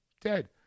dead